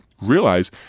realize